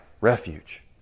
refuge